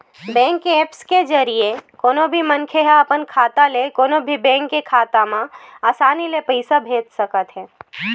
bank के apps के जरिए कोनो भी मनखे ह अपन खाता ले कोनो भी बेंक के खाता म असानी ले पइसा भेज सकत हे